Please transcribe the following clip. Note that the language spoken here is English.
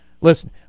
listen